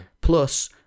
plus